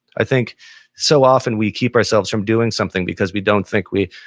i think so often, we keep ourselves from doing something because we don't think we,